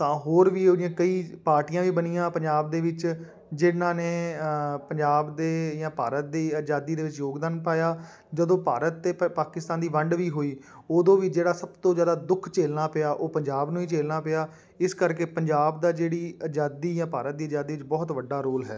ਤਾਂ ਹੋਰ ਵੀ ਇਹੋ ਜਿਹੀਆਂ ਕਈ ਪਾਰਟੀਆਂ ਵੀ ਬਣੀਆਂ ਪੰਜਾਬ ਦੇ ਵਿੱਚ ਜਿਹਨਾਂ ਨੇ ਪੰਜਾਬ ਦੇ ਜਾਂ ਭਾਰਤ ਦੀ ਆਜ਼ਾਦੀ ਦੇ ਵਿੱਚ ਯੋਗਦਾਨ ਪਾਇਆ ਜਦੋਂ ਭਾਰਤ ਅਤੇ ਪ ਪਾਕਿਸਤਾਨ ਦੀ ਵੰਡ ਵੀ ਹੋਈ ਉਦੋਂ ਵੀ ਜਿਹੜਾ ਸਭ ਤੋਂ ਜ਼ਿਆਦਾ ਦੁੱਖ ਝੇਲਣਾ ਪਿਆ ਉਹ ਪੰਜਾਬ ਨੂੰ ਹੀ ਝੇਲਣਾ ਪਿਆ ਇਸ ਕਰਕੇ ਪੰਜਾਬ ਦਾ ਜਿਹੜੀ ਆਜ਼ਾਦੀ ਜਾਂ ਭਾਰਤ ਦੀ ਆਜ਼ਾਦੀ 'ਚ ਬਹੁਤ ਵੱਡਾ ਰੋਲ ਹੈ